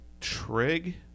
trig